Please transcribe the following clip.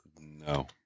No